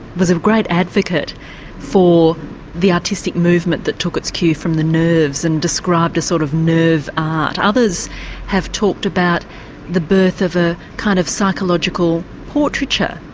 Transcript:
was a great advocate for the artistic movement that took its cue from the nerves and described a sort of nerve art. others have talked about the birth of a kind of psychological portraiture.